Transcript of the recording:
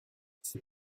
c’est